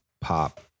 pop